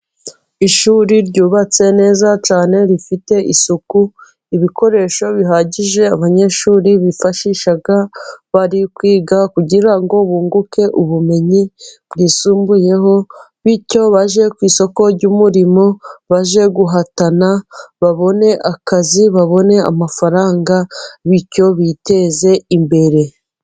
Ishuri ryubatse neza cyane rifite isuku. Ibikoresho bihagije abanyeshuri bifashisha bari kwiga kugira ngo bunguke ubumenyi bwisumbuyeho, bityo bajye ku isoko ry'umurimo bajye guhatana, babone akazi; babone amafaranga, bityo biteze imbere.